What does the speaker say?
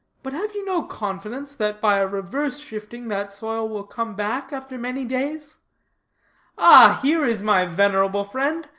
but have you no confidence that by a reverse shifting that soil will come back after many days ah, here is my venerable friend,